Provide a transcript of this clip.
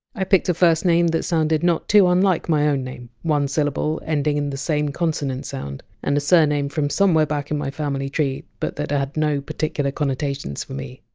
i picked a first name that sounded not too unlike my own name one syllable, ending in the same consonant sound and a surname from somewhere back in my family tree but that had no particular connotations for me.